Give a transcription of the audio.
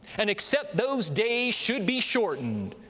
and except those days should be shortened,